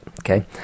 Okay